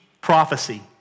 Prophecy